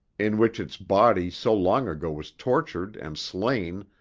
in which its body so long ago was tortured and slain,